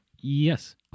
Yes